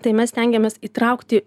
tai mes stengiamės įtraukti